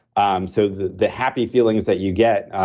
um so the the happy feelings that you get.